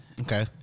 okay